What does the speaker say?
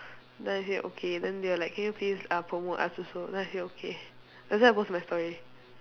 then I say okay then they were like can you please ah promote us also then I say okay that's why I post my story